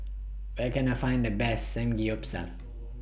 Where Can I Find The Best Samgyeopsal